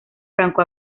franco